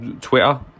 Twitter